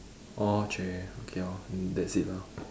orh !chey! okay orh mm that's it lah